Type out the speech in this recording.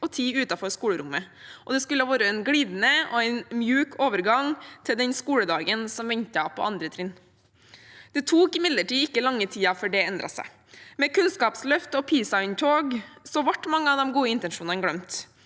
og tid utenfor skolerommet, og det skulle være en glidende og myk overgang til den skolegangen som ventet på andre trinn. Det tok imidlertid ikke lang tid før det endret seg. Med Kunnskapsløftet og PISA-inntoget ble mange av de gode intensjonene glemt